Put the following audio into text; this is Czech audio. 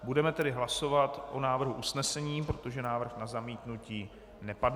Budeme tedy hlasovat o návrhu usnesení, protože návrh na zamítnutí nepadl.